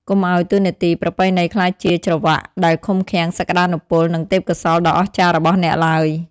កុំឱ្យតួនាទីប្រពៃណីក្លាយជា "ច្រវ៉ាក់" ដែលឃុំឃាំងសក្តានុពល និងទេពកោសល្យដ៏អស្ចារ្យរបស់អ្នកឡើយ។